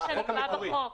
זה מה שנקבע בחוק.